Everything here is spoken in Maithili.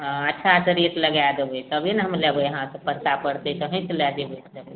अच्छासँ रेट लगय देबय तबे ने हम लेबय अहाँके परता पड़तै तऽ अहीँसँ लए जेबय जरूर